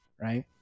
right